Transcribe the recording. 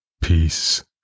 Peace